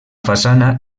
façana